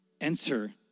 enter